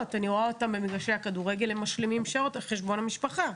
אני רואה אותם משלימים שעות במגרשי הכדורגל על חשבון המשפחה,